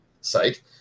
site